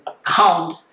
account